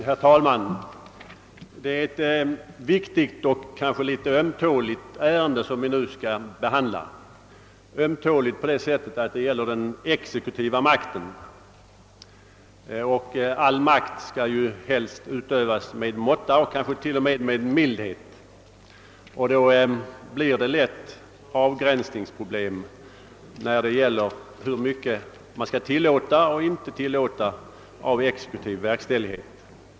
Herr talman! Det är ett viktigt och kanske också något ömtåligt ärende som vi nu skall behandla — ömtåligt på det sättet att det gäller den exekutiva makten. All makt skall ju helst utövas med måtta, kanske t.o.m. mildhet, och då uppstår det lätt avgränsningsproblem i fråga om hur mycket man skall tillåta och icke tillåta av exekutiv verkställighet.